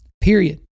Period